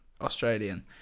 Australian